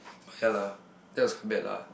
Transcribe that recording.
but ya lah that was quite bad lah